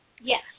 Yes